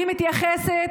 אני מתייחסת